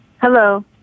Hello